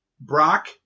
Brock